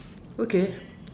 okay